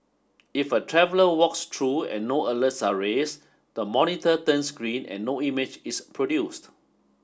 if a traveller walks true and no alerts are raise the monitor turns green and no image is produced